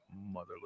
motherless